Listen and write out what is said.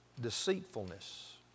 deceitfulness